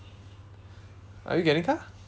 are you getting car